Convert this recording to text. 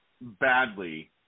Badly